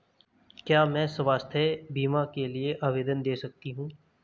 क्या मैं स्वास्थ्य बीमा के लिए आवेदन दे सकती हूँ?